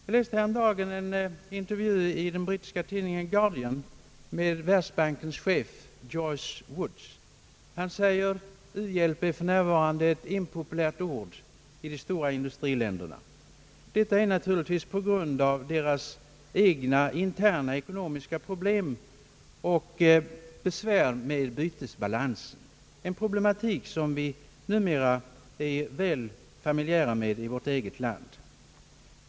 Jag läste härom dagen en intervju i den brittiska tidningen Guardian med världsbankens chef George Woods. Han säger att u-hjälp för närvarande är eti impopulärt ord i de stora industriländerna, naturligtvis främst på grund av deras egna interna ekonomiska problem och besvär med bytesbalansen, en problematik som vi numera i vårt eget land är väl familjära med.